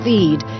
Feed